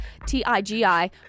tigi